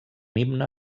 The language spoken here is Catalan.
himne